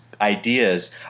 ideas